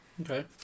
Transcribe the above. Okay